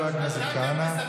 תודה לחבר הכנסת כהנא.